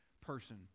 person